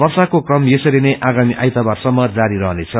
वर्षाक्रो क्रम यसरीनै आगामी आइतवार सम्म जारी रहनेछ